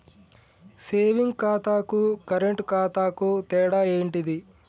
Saving ఖాతాకు current ఖాతాకు తేడా ఏంటిది?